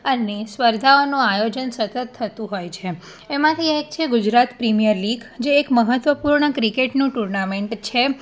અને સ્પર્ધાઓનું આયોજન સતત થતું હોય છે એમાંથી એક છે ગુજરાત પ્રીમિયર લીગ જે એક મહત્વપૂર્ણ ક્રિકેટનું ટુર્નામેન્ટ છે